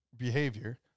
behavior